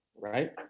Right